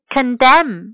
Condemn